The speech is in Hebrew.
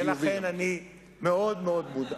לכן אני מאוד מאוד מודאג.